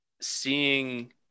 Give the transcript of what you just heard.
seeing